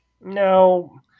No